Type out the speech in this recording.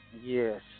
Yes